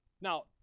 Now